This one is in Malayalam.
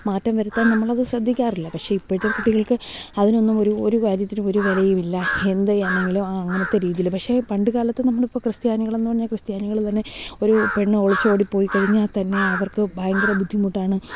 മാറ്റം വരുത്താൻ നമ്മൾ അത് ശ്രദ്ധിക്കാറില്ല പക്ഷെ ഇപ്പോഴത്തെ കുട്ടികൾക്ക് അതിനൊന്നും ഒരു ഒരു കാര്യത്തിന് ഒരു വിലയും ഇല്ല എന്ത് ചെയ്യുകയാണെങ്കിലും അങ്ങനത്തെ രീതിയിൽ പക്ഷേ പണ്ട് കാലത്ത് നമ്മ ൾ ഇപ്പോൾ ക്രിത്യാനികളെന്നു പറഞ്ഞാൽ ക്രിസ്ത്യാനികൾ തന്നെ ഒരു പെണ്ണ് ഒളിച്ചു ഓടി പോയി കഴിഞ്ഞാൽ തന്നെ അവർക്ക് ഭയങ്കര ബുദ്ധിമുട്ടാണ്